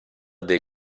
dei